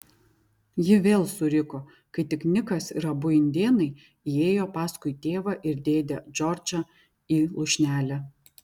ji vėl suriko kai tik nikas ir abu indėnai įėjo paskui tėvą ir dėdę džordžą į lūšnelę